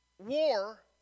War